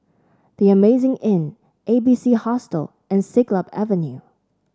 The Amazing Inn A B C Hostel and Siglap Avenue